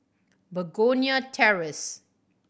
Begonia Terrace